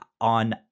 on